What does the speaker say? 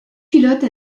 pilote